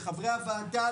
לחברי הוועדה,